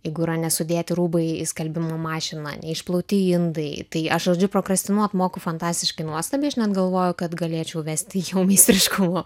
jeigu yra nesudėti rūbai į skalbimo mašiną neišplauti indai tai aš žodžiu prokrestinuot moku fantastiškai nuostabiai žinai galvoju kad galėčiau vesti meistriškumo